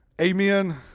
Amen